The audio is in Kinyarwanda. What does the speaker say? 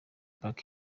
park